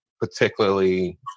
particularly